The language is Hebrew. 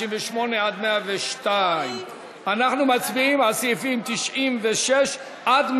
98 102. אנחנו מצביעים על סעיפים 96 102,